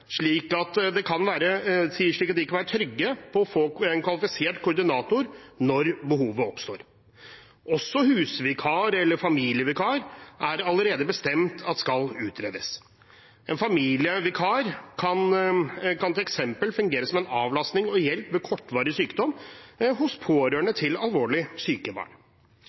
slik at de kan være trygge på å få en kvalifisert koordinator når behovet oppstår. Også husvikar eller familievikar er det allerede bestemt at skal utredes. En familievikar kan f.eks. fungere som en avlastning og hjelp ved kortvarig sykdom hos pårørende til alvorlig syke barn.